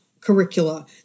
curricula